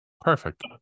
Perfect